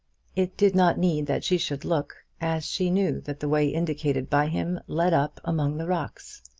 it did not need that she should look, as she knew that the way indicated by him led up among the rocks.